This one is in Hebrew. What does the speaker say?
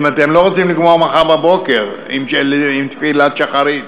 אם אתם לא רוצים לגמור מחר בבוקר עם תפילת שחרית.